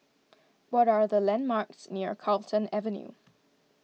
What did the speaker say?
what are the landmarks near Carlton Avenue